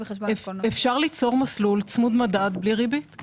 אפשר ליצור מסלול צמוד מדד בלי ריבית.